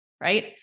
right